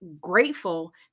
grateful